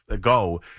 go